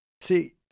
See